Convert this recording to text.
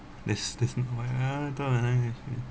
this this one